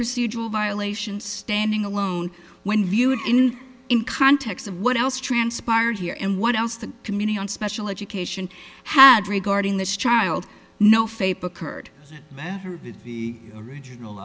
procedural violation standing alone when viewed in in context of what else transpired here and what else the community on special education had regarding this child no fate occurred that her original